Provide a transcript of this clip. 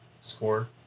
Score